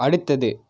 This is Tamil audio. அடுத்தது